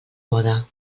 mode